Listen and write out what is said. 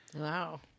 Wow